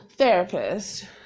Therapist